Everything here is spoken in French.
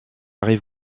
rive